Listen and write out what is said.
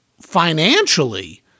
financially